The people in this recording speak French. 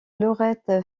lorette